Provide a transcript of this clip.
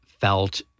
felt